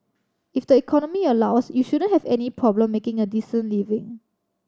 if the economy allows you shouldn't have any problem making a decent living